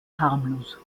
harmlos